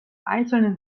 einzelnen